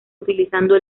utilizando